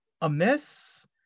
amiss